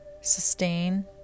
sustain